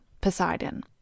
Poseidon